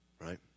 Right